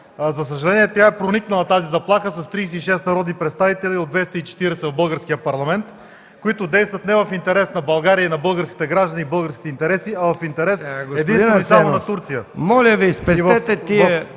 За съжаление тази заплаха е проникнала с 36 народни представители от 240 в българския Парламент, които действат не в интерес на България, на българските граждани и българските интереси, а в интерес единствено и само на Турция.